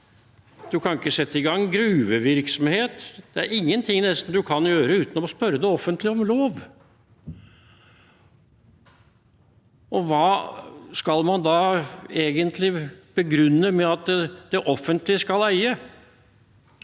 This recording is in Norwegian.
Man kan ikke sette i gang gruvevirksomhet. Det er nesten ingenting man kan gjøre uten å spørre det offentlige om lov. Hva skal man da egentlig begrunne det med, at det offentlige skal eie?